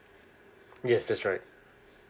yes that's right